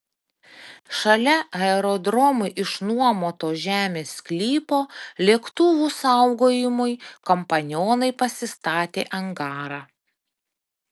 šalia aerodromui išnuomoto žemės sklypo lėktuvų saugojimui kompanionai pasistatė angarą